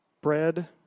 bread